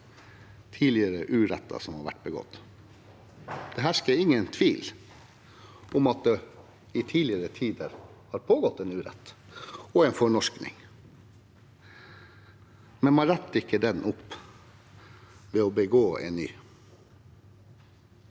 tidligere uretter som har vært begått. Det hersker ingen tvil om det i tidligere tider har pågått en urett og en fornorskning, men man retter ikke den opp ved å begå en ny.